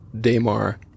Damar